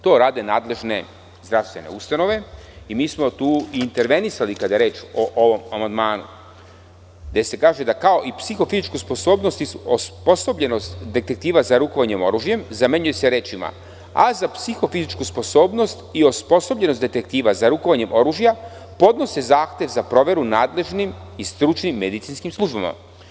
To rade nadležne zdravstvene ustanove i mi smo tu i intervenisali kada je reč o ovom amandmanu, u kome se reči: „kao i psihofizičku sposobnost i osposobljenost detektiva za rukovanje oružjem“ zamenjuju rečima: „a za psihofizičku sposobnost i osposobljenost detektiva za rukovanje oružjem podnose zahtev za proveru nadležnim i stručnim medicinskim službama“